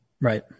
right